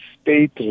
state